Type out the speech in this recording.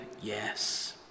yes